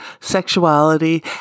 sexuality